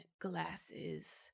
glasses